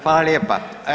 Hvala lijepa.